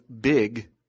big –